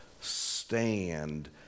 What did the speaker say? stand